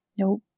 Nope